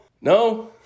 No